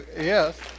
yes